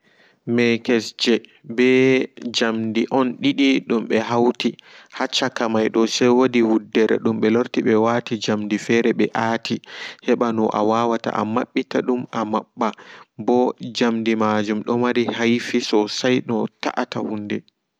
Mekesje ɓe jamdi on didi dum ɓe hauti haa caka maido wodi jamdi didi dum ɓe hauti ha caka maido se wodi wuddere dum ɓelorti ɓewati jamdi ɓe hauti ɓo jamdi majum domari haifi sosai no taata hunde.